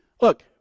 Look